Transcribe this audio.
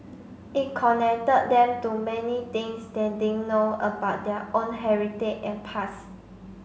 it connected them to many things they didn't know about their own heritage and pass